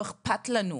לא אכפת לנו.